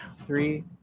Three